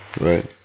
Right